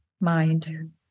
mind